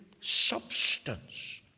substance